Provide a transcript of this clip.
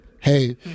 hey